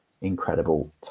incredible